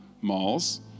malls